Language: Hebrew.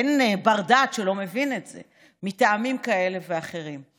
אין בר-דעת שלא מבין את זה, מטעמים כאלה ואחרים.